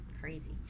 Crazy